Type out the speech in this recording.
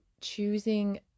choosing